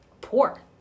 poor